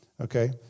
Okay